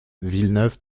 villeneuve